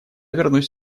вернусь